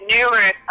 numerous